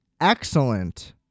excellent